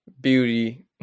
beauty